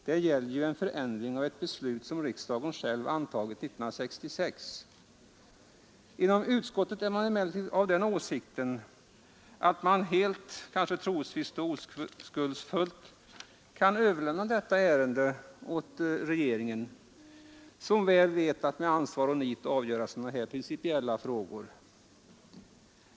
Det gäller ju en förändring Inom utskottet är man emellertid av den åsikten att man helt — kanske trosvisst och oskuldsfullt — kan överlämna detta ärende åt regeringen, som väl vet att med ansvar och nit avgöra sådana här principiella frågor.